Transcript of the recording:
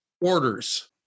Orders